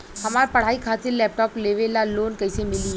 हमार पढ़ाई खातिर लैपटाप लेवे ला लोन कैसे मिली?